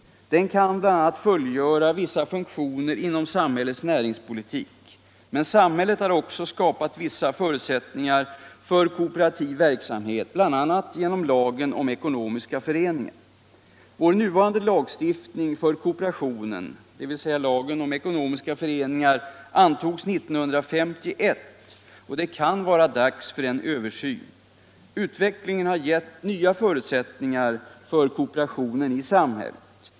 Den kan bl.a. fullgöra vissa funktioner inom samhällets näringspolitik. Men samhället har också skapat vissa förutsättningar för kooperativ verksamhet, bl.a. genom lagen om ekonomiska föreningar. Vår nuvarande lagstiftning för kooperationen, dvs. lagen om ekonomiska föreningar, antogs år 1951 och det kan vara dags för en översyn. Utvecklingen har gett nya förutsättningar för kooperationen i samhället.